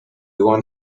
want